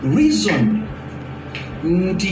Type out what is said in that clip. reason